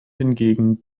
hingegen